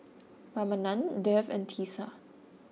Ramanand Dev and Teesta